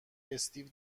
استیو